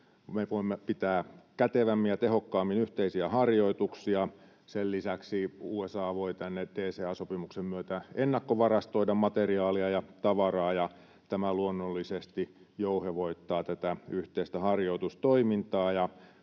me voimme pitää kätevämmin ja tehokkaammin yhteisiä harjoituksia. Sen lisäksi USA voi tänne DCA-sopimuksen myötä ennakkovarastoida materiaalia ja tavaraa ja tämä luonnollisesti jouhevoittaa tätä yhteistä harjoitustoimintaa.